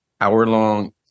hour-long